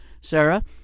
Sarah